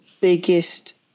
biggest